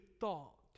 thought